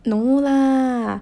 no lah